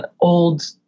old